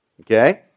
Okay